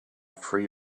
free